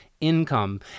income